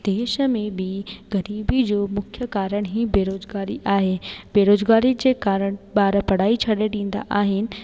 देश में बि ग़रीबी जो मुख्य कारणु ई बेरोजगारी आहे बेरोज़गारी जे कारण ॿार पढ़ाई छॾे ॾींदा आहिनि